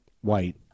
white